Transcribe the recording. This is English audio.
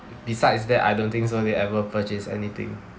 besides that I don't think so they ever purchased anything